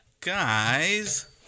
Guys